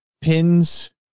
pins